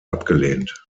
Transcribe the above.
abgelehnt